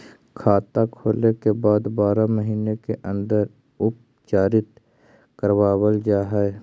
खाता खोले के बाद बारह महिने के अंदर उपचारित करवावल जा है?